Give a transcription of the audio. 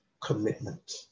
commitment